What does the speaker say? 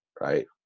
Right